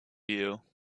you